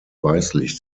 weißlich